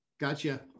gotcha